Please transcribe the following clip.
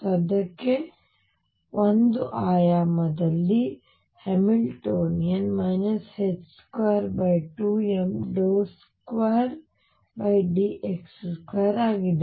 ಸದ್ಯಕ್ಕೆ 1 d ರಲ್ಲಿ Hamiltonian 22md2dx2 ಆಗಿದೆ